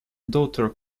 daughter